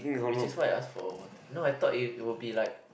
which is why I ask for water no I thought it it will be like